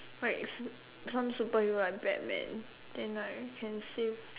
like s~ some superhero like Batman then like can save